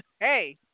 Hey